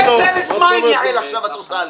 זה פלס מים עכשיו את עושה לי.